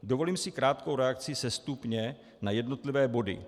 Dovolím si krátkou reakci sestupně na jednotlivé body.